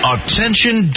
Attention